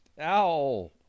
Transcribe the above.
Ow